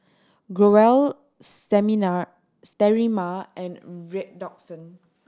Growell Sterimar and Redoxon